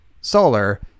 solar